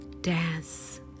dance